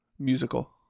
musical